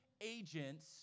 agents